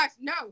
no